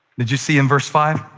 did you see in verse five?